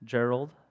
Gerald